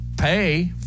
pay